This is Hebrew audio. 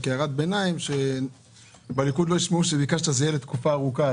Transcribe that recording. רק הערת ביניים: שבליכוד לא ישמעו שביקשת שזה יהיה לתקופה ארוכה.